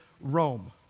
Rome